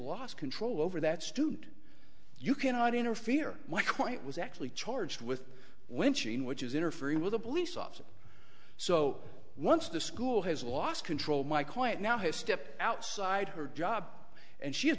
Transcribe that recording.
lost control over that student you cannot interfere what point was actually charged with winching which is interfering with a police officer so once the school has lost control my client now has stepped outside her job and she has